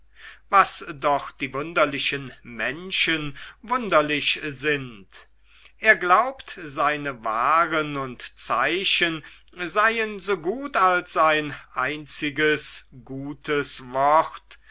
was doch die wunderlichen menschen wunderlich sind er glaubt seine waren und zeichen seien so gut als ein einziges gutes wort